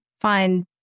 find